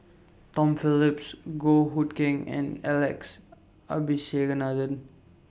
Tom Phillips Goh Hood Keng and Alex Abisheganaden